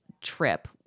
trip